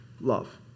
love